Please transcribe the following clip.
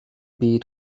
byd